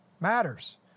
matters